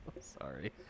sorry